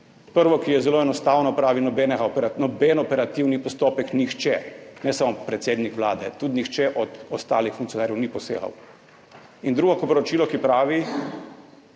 prvo, ki je zelo enostavno, pravi, noben operativni postopek, nihče, ne samo predsednik Vlade, tudi nihče od ostalih funkcionarjev ni posegal. In drugo poročilo,